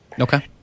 Okay